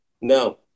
No